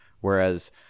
whereas